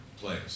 place